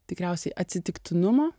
tikriausiai atsitiktinumo